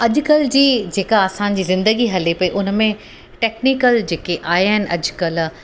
अॼुकल्ह जी जेका असांजी ज़िंदगी हले पेई हुन में टेक्नीकल जेके आया आहिनि अॼुकल्ह